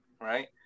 right